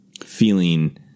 feeling